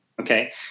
Okay